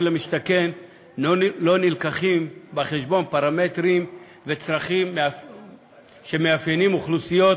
למשתכן לא מובאים בחשבון פרמטרים וצרכים שמאפיינים אוכלוסיות